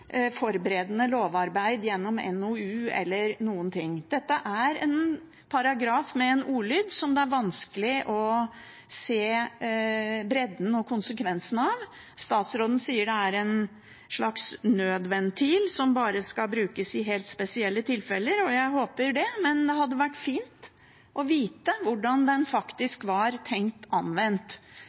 forberedende lovarbeid gjennom NOU eller noen ting. Dette er en paragraf med en ordlyd som det er vanskelig å se bredden og konsekvensen av. Statsråden sier det er en slags nødventil som bare skal brukes i helt spesielle tilfeller. Jeg håper det, men det hadde vært fint å vite hvordan den faktisk var tenkt anvendt,